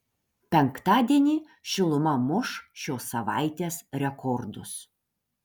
penktadienį šiluma muš šios savaitės rekordus